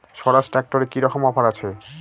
স্বরাজ ট্র্যাক্টরে কি রকম অফার আছে?